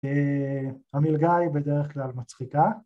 ‫המלגה היא בדרך כלל מצחיקה.